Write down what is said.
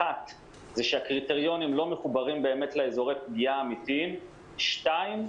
אחת זה שהקריטריונים לא מחוברים באמת לאזורי פגיעה האמיתיים; שתיים,